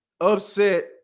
upset